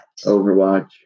Overwatch